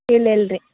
ಇಲ್ಲ ಇಲ್ರಿ